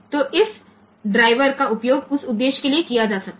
તેથી તે હેતુ માટે આ ડ્રાઇવર નો ઉપયોગ કરી શકાય છે